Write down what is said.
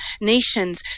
nations